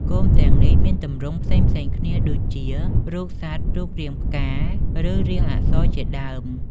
គោមទាំងនេះមានទម្រង់ផ្សេងៗគ្នាដូចជា រូបសត្វ រូបរាងផ្កា ឬរាងអក្សរជាដើម។